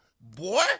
boy